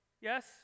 Yes